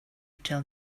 tell